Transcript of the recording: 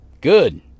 good